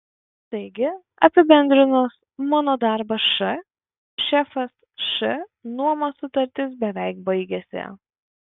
taigi apibendrinus mano darbas š šefas š nuomos sutartis beveik baigiasi